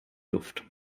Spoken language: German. luft